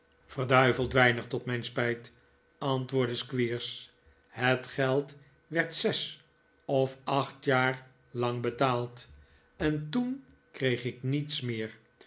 weinig tot mijn spijt antwoordde squeers het geld werd zes of acht jaar lang betaald en toen kreeg ik niets meer